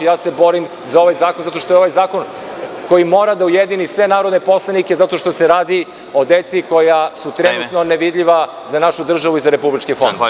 Borim se za ovaj zakon zato što je ovo zakon koji mora da ujedini sve narodne poslanike zato što se radi o deci koja su trenutno ne vidljiva za našu državu i Republički fond.